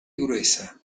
gruesa